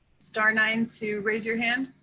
star nine to raise your hand.